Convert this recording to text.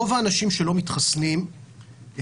רוב האנשים שלא מתחסנים הם